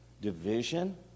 division